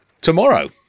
Tomorrow